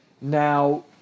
Now